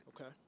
Okay